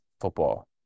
football